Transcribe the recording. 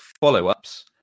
follow-ups